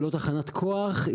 היא לא תחנת כוח,